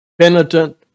penitent